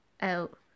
out